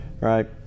Right